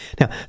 Now